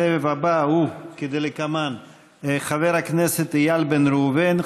הסבב הבא הוא כדלקמן: חבר הכנסת איל בן ראובן,